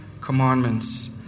commandments